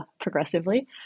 progressively